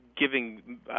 giving